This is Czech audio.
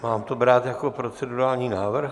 Mám to brát jako procedurální návrh?